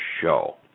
show